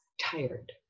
tired